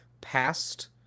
past